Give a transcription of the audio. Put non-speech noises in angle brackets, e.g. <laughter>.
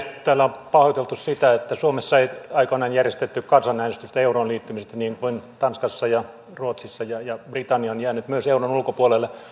<unintelligible> täällä on pahoiteltu sitä että suomessa ei aikoinaan järjestetty kansanäänestystä euroon liittymisestä niin kuin tanskassa ja ruotsissa ja ja että britannia on jäänyt myös euron ulkopuolelle